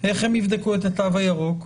איך הם יבדקו את התו הירוק?